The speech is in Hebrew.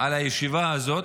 מהישיבה הזאת,